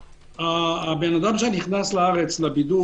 האדם שנכנס לארץ לבידוד,